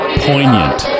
poignant